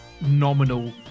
nominal